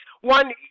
one